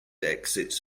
exits